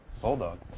Bulldog